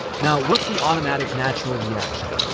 now what's the automatic, natural reaction?